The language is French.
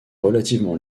relativement